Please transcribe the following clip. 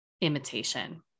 imitation